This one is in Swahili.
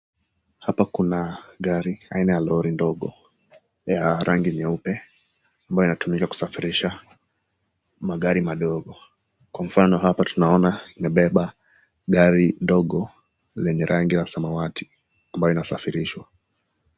Hapa kuna gari aina ya lori ndogo ya rangi nyeupe ambayo inatumika kusafirisha magari madogo. Kwa mfano hapa tunaona imebeba gari ndogo lenye rangi ya samawati ambayo inasafirishwa.